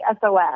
SOS